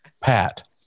Pat